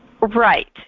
Right